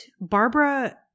Barbara